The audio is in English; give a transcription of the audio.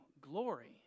glory